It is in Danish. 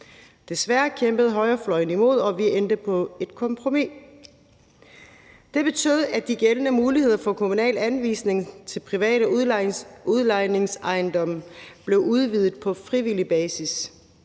Desværre kæmpede højrefløjen imod, og vi endte på et kompromis. Det betød, at de gældende muligheder for kommunal anvisning til private udlejningsejendomme blev udvidet på frivillig basis.